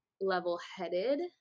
level-headed